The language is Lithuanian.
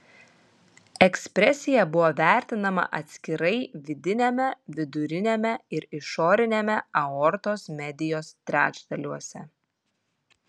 ekspresija buvo vertinama atskirai vidiniame viduriniame ir išoriniame aortos medijos trečdaliuose